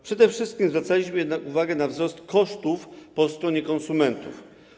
Przede wszystkim zwracaliśmy uwagę na wzrost kosztów po stronie konsumentów.